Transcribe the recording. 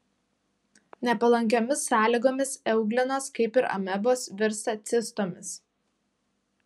nepalankiomis sąlygomis euglenos kaip ir amebos virsta cistomis